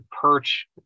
Perch